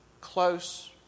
close